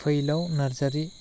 फैलाव नार्जारि